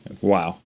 Wow